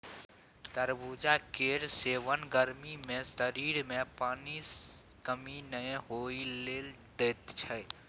तरबुजा केर सेबन गर्मी मे शरीर मे पानिक कमी नहि होइ लेल दैत छै